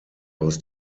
aus